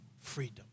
freedom